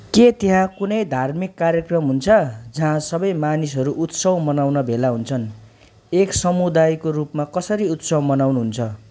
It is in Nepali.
के त्यहाँ कुनै धार्मिक कार्यक्रम हुन्छ जहाँ सबै मानिसहरू उत्सव मनाउन भेला हुन्छन् एक समुदायको रुपमा कसरी उत्सव मनाउनुहुन्छ